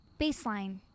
baseline